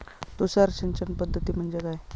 तुषार सिंचन पद्धती म्हणजे काय?